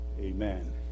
Amen